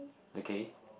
okay